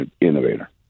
innovator